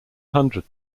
hundred